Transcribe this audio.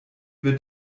wird